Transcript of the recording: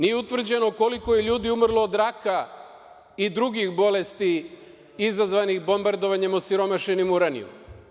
Nije utvrđeno koliko je ljudi umrlo od raka i drugih bolesti izazvanih bombardovanjem osiromašenim uranijom.